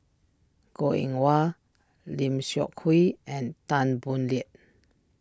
Goh Eng Wah Lim Seok Hui and Tan Boo Liat